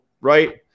right